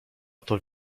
oto